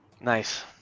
Nice